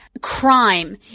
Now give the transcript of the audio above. Crime